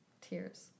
Tears